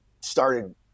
started